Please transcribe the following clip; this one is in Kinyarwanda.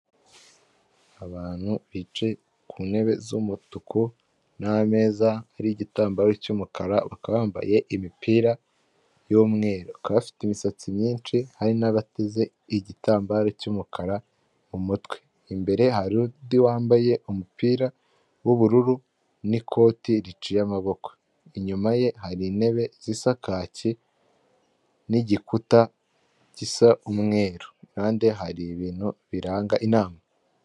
Abantu bicaye ku ntebe z'umutuku n'ameza hariho igitambaro cy'umukara bakaba bambaye imipira y'umweru bakaba bafite imisatsi myinshi hari n'abateze igitambaro cy'umukara mu mutwe. Imbere hari undi wambaye umupira w'ubururu n'ikoti riciye amaboko, inyuma ye hari intebe zisa kake n'igikuta gisa umweru iruhande hari ibintu biranga inama.